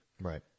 Right